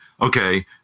okay